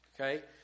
okay